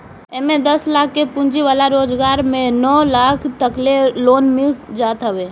एमे दस लाख के पूंजी वाला रोजगार में नौ लाख तकले लोन मिल जात हवे